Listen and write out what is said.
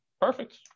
Perfect